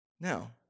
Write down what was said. Now